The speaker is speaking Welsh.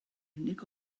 unig